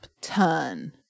turn